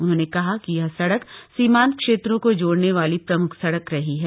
उन्होंने कहा कि यह सड़क सीमान्त क्षेत्रों को जोड़ने वाली प्रमुख सड़क रही है